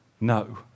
No